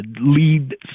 lead